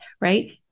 right